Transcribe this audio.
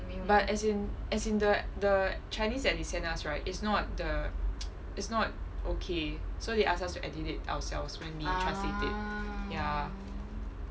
but as in as in the the chinese that they send us right is not the is not okay so they ask us to edit it ourselves when we translate it ya